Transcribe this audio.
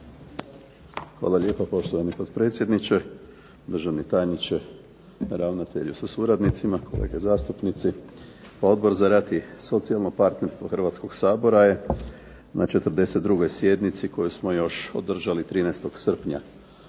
Hvala lijepa poštovani potpredsjedniče, državni tajniče, ravnatelju sa suradnicima, kolege zastupnici. Pa Odbor za rad i socijalno partnerstvo Hrvatskog sabora je na 42. sjednici koju smo još održali 13. srpnja